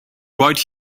right